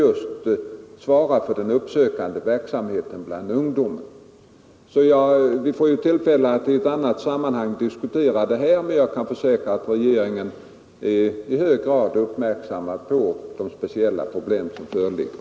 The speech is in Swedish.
för att svara för den uppsökande ver Vi får i ett annat sammanhang tillfälle att diskutera detta, men jag kan försäkra att regeringen är i hög grad uppmärksam på de speciella problem som föreligger.